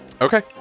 Okay